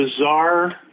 bizarre